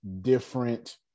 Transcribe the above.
different